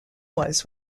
was